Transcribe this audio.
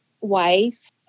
wife